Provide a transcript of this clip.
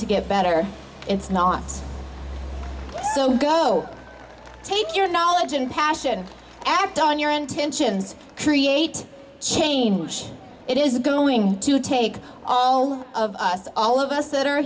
to get better it's not so go take your knowledge and passion act on your intentions create change it is going to take all of us all of us that are